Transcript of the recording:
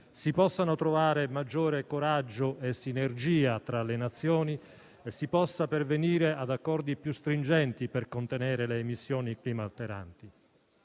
si possano trovare maggiore coraggio e sinergia tra le Nazioni e si possa pervenire ad accordi più stringenti per contenere le emissioni climalteranti.